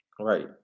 Right